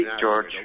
George